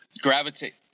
gravitate